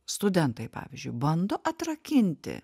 studentai pavyzdžiui bando atrakinti